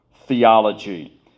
theology